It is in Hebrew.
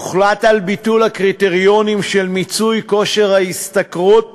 הוחלט על ביטול הקריטריונים של מיצוי כושר ההשתכרות